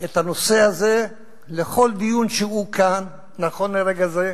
את הנושא הזה לכל דיון שהוא כאן, נכון לרגע זה,